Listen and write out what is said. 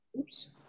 oops